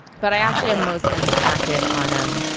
but, i actually am most and active on um